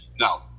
No